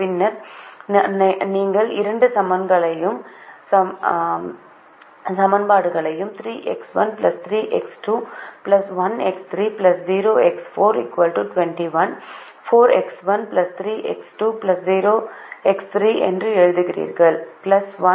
பின்னர் நீங்கள் இரண்டு சமன்பாடுகளையும் 3X1 3X2 1X3 0X4 21 4X1 3X2 0X3 என்று எழுதுகிறீர்கள் 1X4 24